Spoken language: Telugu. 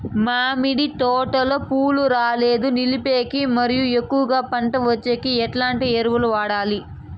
మామిడి తోటలో పూలు రాలేదు నిలిపేకి మరియు ఎక్కువగా పంట వచ్చేకి ఎట్లాంటి ఎరువులు వాడాలి?